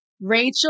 Rachel